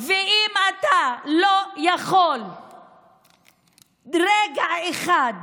ואם אתה לא יכול לרגע אחד